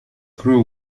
crew